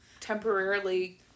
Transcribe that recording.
temporarily